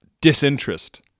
disinterest